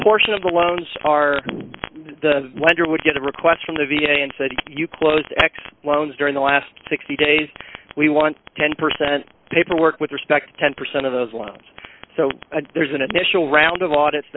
portion of the loans are the wonder would get a request from the v a and said you close x loans during the last sixty days we want ten percent paperwork with respect to ten percent of those lines so there's an initial round of audit